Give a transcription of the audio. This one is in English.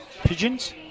Pigeons